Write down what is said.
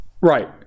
right